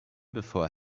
before